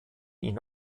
ihn